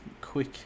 quick